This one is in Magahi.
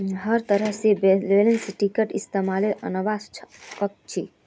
हर तरह से बैलेंस शीटक इस्तेमालत अनवा सक छी